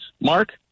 Mark